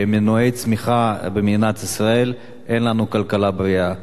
במנועי צמיחה במדינת ישראל, אין לנו כלכלה בריאה.